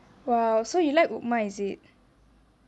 !wow! so you like upma is it